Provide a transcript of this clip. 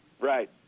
Right